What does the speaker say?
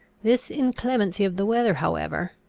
this inclemency of the weather however,